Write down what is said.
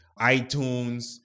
iTunes